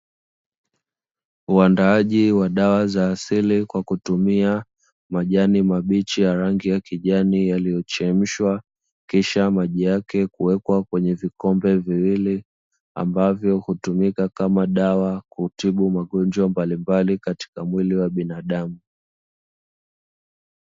Uandaaji wa dawa za asili kwa kutumia majani mabichi ya rangi ya kijani yaliyochemshwa, kisha maji yake kuwekwa kwenye vikombe viwili ambavyo hutumika kama dawa kutibu magonjwa mbalimbali katika mwili wa binadamu.